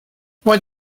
what